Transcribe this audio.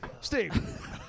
steve